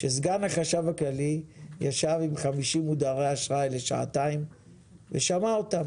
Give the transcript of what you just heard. שסגן החשב הכללי ישב עם 50 מודרי אשראי במשך שעתיים ושמע אותם,